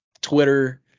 Twitter